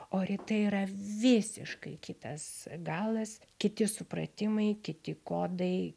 o rytai yra visiškai kitas galas kiti supratimai kiti kodai